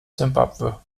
simbabwe